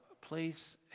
please